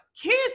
kids